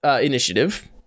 Initiative